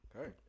Okay